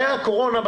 הייתה קורונה.